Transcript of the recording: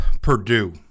Purdue